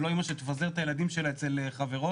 ולא אמא שתפזר את הילדים שלה אצל חברות.